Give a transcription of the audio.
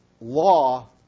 law